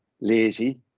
lazy